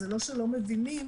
זה לא שלא מבינים,